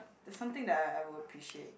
there's something that I I will appreciate